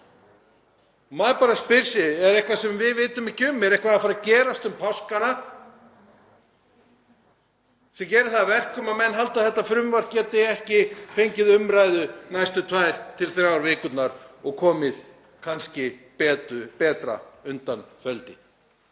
Maður spyr sig: Er eitthvað sem við vitum ekki um? Er eitthvað að fara að gerast um páskana sem gerir það að verkum að menn halda að þetta frumvarp geti ekki fengið umræðu næstu tvær til þrjár vikurnar og kannski komið betra undan feldi?